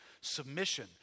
submission